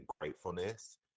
gratefulness